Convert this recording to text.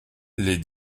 les